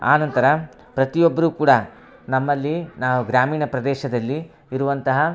ಆ ನಂತರ ಪ್ರತಿಯೊಬ್ಬರು ಕೂಡ ನಮ್ಮಲ್ಲಿ ನಾವು ಗ್ರಾಮೀಣ ಪ್ರದೇಶದಲ್ಲಿ ಇರುವಂತಹ